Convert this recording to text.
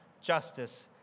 justice